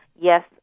Yes